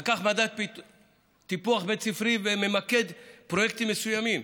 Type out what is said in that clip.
הוא לקח מדד טיפוח בית ספרי והוא ממקד בפרויקטים מסוימים.